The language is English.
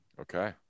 Okay